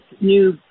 new